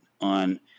on